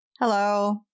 Hello